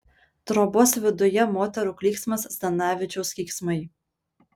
trobos viduje moterų klyksmas zdanavičiaus keiksmai